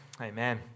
Amen